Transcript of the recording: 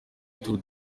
tour